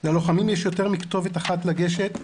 ללוחמים יש יותר מכתובת אחת לגשת.